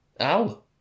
ow